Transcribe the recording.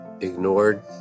ignored